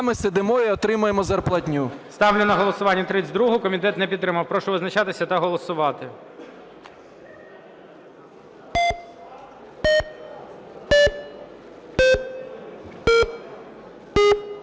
з вами сидимо і отримуємо зарплатню. ГОЛОВУЮЧИЙ. Ставлю на голосування 32-у. Комітет не підтримав. Прошу визначатися та голосувати.